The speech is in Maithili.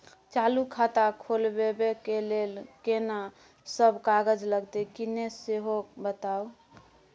चालू खाता खोलवैबे के लेल केना सब कागज लगतै किन्ने सेहो बताऊ?